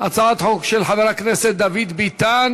הצעת חוק של חבר הכנסת דוד ביטן